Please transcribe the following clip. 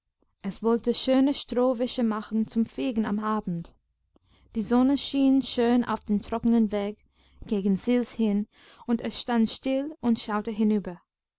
es wollte schöne strohwische machen zum fegen am abend die sonne schien schön auf den trockenen weg gegen sils hin und es stand still und schaute hinüber